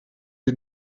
die